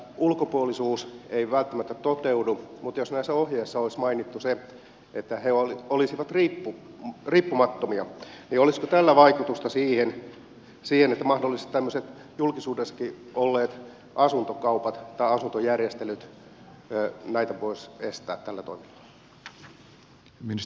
tämä ulkopuolisuus ei välttämättä toteudu mutta jos näissä ohjeissa olisi mainittu se että he olisivat riippumattomia niin olisiko tällä vaikutusta siihen että mahdollisesti tämmöisiä julkisuudessakin olleita asuntojärjestelyjä voisi estää tällä toiminnalla